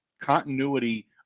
continuity